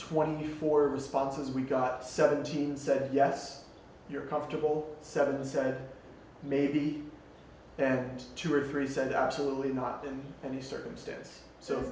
twenty four responses we've got seventeen said yes you're comfortable seven said maybe and two or three said absolutely not in any circumstance so